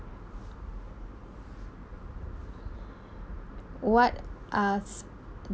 what are